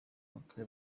mutwe